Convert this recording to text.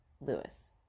Lewis